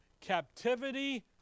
captivity